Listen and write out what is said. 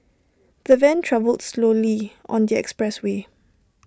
the van travelled slowly on the expressway